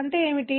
అది ఏమిటి